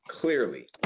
clearly